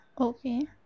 Okay